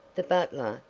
the butler,